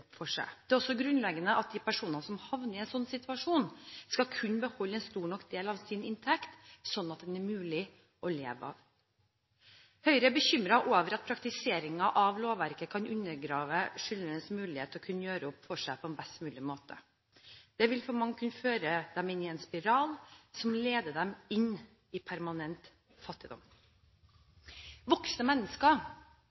for seg. Det er også grunnleggende at de personer som havner i en slik situasjon, skal kunne beholde en stor nok del av sin inntekt, slik at den er mulig å leve av. Høyre er bekymret over at praktiseringen av lovverket kan undergrave skyldnerens mulighet til å kunne gjøre opp for seg på en best mulig måte. Det vil for mange kunne føre dem inn i en spiral som leder dem inn i permanent fattigdom.